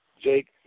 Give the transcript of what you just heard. Jake